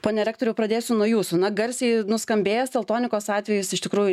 pone rektoriau pradėsiu nuo jūsų na garsiai nuskambėjęs teltonikos atvejis iš tikrųjų